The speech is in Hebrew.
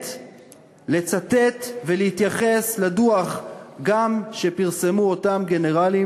לצטט ולהתייחס גם לדוח שפרסמו אותם גנרלים